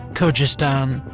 kyrgyzstan,